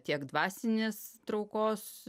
tiek dvasinis traukos